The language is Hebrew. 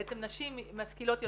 בעצם נשים משכילות יותר,